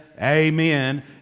amen